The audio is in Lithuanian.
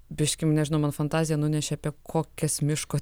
biškim nežinau man fantazija nunešė apie kokias miško